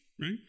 right